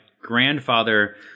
grandfather